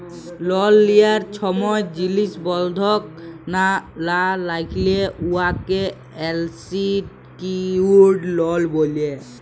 লল লিয়ার ছময় জিলিস বল্ধক লা রাইখলে উয়াকে আলসিকিউর্ড লল ব্যলে